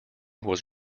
was